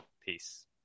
peace